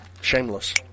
Shameless